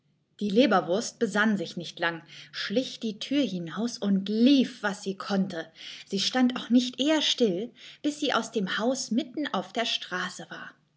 die leberwurst besann sich nicht lang schlich die thür hinaus und lief was sie konnte sie stand auch nicht eher still bis sie aus dem haus mitten auf der straße war